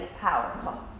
powerful